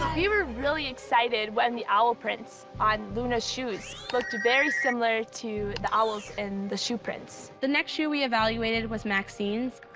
we were really excited when the owl prints on luna's shoes looked very similar to the owls in the shoe prints. the next shoe we evaluated was maxine's.